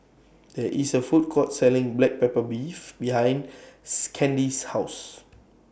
There IS A Food Court Selling Black Pepper Beef behind Candi's House